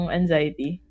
anxiety